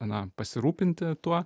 na pasirūpinti tuo